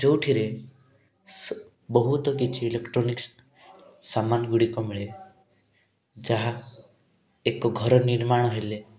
ଯେଉଁଠିରେ ସ୍ ବହୁତ କିଛି ଇଲୋଟ୍ରୋନିକ୍ସ ସାମାନ ଗୁଡ଼ିକ ମିଳେ ଯାହା ଏକ ଘର ନିର୍ମାଣ ହେଲେ